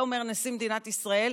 את זה אומר נשיא מדינת ישראל,